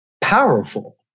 powerful